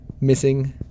missing